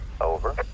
Over